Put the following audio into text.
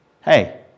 Hey